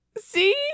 See